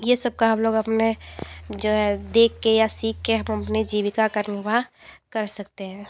ये सब का हम लोग अपने जो है देखके या सीख के हम अपने जीविका का निर्वाह कर सकते हैं